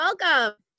welcome